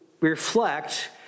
reflect